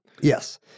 Yes